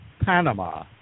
Panama